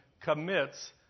commits